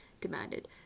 demanded